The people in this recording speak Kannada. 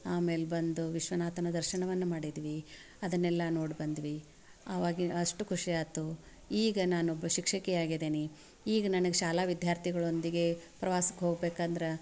ಆಮೇಲೆ ಬಂದು ವಿಶ್ವನಾಥನ ದರ್ಶನವನ್ನು ಮಾಡಿದ್ವಿ ಅದನ್ನೆಲ್ಲ ನೋಡಿ ಬಂದ್ವಿ ಅವಾಗ ಅಷ್ಟು ಖುಷಿ ಆಯ್ತು ಈಗ ನಾನೊಬ್ಬ ಶಿಕ್ಷಕಿ ಆಗಿದ್ದೀನಿ ಈಗ ನನಗೆ ಶಾಲಾ ವಿದ್ಯಾರ್ಥಿಗಳೊಂದಿಗೆ ಪ್ರವಾಸಕ್ಕೆ ಹೋಗ್ಬೇಕು ಅಂದ್ರೆ